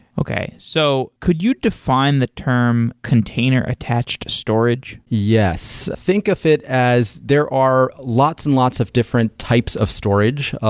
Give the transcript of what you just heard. okay. so could you define the term container attached storage? yes. think of it as there are lots and lots of different types of storage.